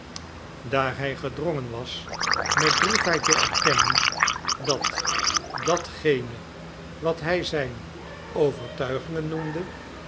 daar hij gedrongen was met droefheid te erkennen dat datgene wat hij zijn overtuigingen noemde